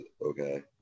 okay